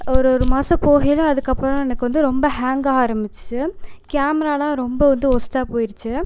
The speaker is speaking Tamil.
ஒரு ஒரு மாதம் போகயில் அதுக்குப்புறம் எனக்கு வந்து ரொம்ப ஹேங்காக ஆரம்பிச்சுச்சு கேமராலாம் ரொம்ப வந்து ஒர்ஸ்ட்டாக போயிடுச்சு